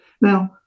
Now